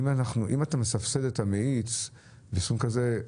אם אתה מסבסד את המאיץ בסכום כזה,